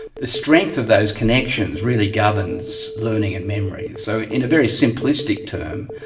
the strength of those connections really governs learning and memory. so in a very simplistic term,